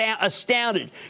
astounded